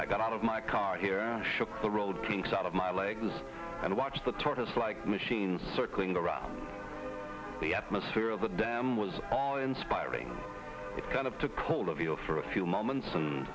i got out of my car here ashok the road takes out of my legs and watch the tortoise like machines circling around the atmosphere of the dam was inspiring it kind of to cold of you know for a few moments and